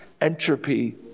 entropy